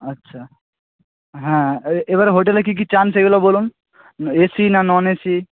আচ্ছা হ্যাঁ এবারে হোটেলে কী কী চান সেগুলো বলুন এ সি না নন এ সি